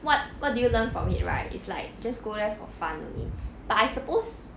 what what do you learn from it right is like just go there for fun only but I suppose